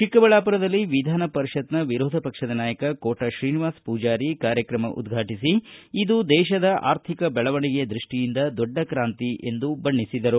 ಚಿಕ್ಕಬಳ್ಳಾಪುರದಲ್ಲಿ ವಿಧಾನ ಪರಿಷತ್ ವಿರೋಧ ಪಕ್ಷದ ನಾಯಕ ಕೋಟ ಶ್ರಿಉನಿವಾಸ ಪೂಜಾರಿ ಕಾರ್ಯಕ್ರಮ ಉದ್ಘಾಟಿಸಿ ಇದು ದೇಶದ ಆರ್ಥಿಕ ಬೆಳವಣಿಗೆಯ ದೃಷ್ಟಿಯಿಂದ ದೊಡ್ಡ ಕ್ರಾಂತಿ ಎಂದು ಬಣ್ಣಿಸಿದರು